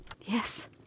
Yes